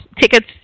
tickets